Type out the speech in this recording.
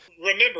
Remember